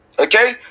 Okay